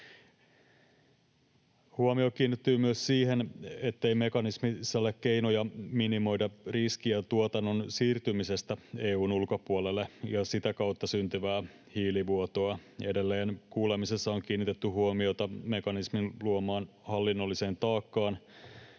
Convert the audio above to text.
Huomio kiinnittyy myös siihen, ettei mekanismi sisällä keinoja minimoida riskiä tuotannon siirtymisestä EU:n ulkopuolelle ja sitä kautta syntyvää hiilivuotoa. Edelleen kuulemisessa on kiinnitetty huomiota mekanismin luomaan hallinnolliseen taakkaan,